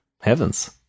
heavens